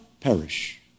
perish